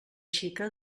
xica